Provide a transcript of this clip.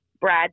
Brad